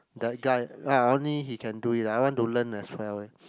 that guy ah only he can do it I want to learn as well leh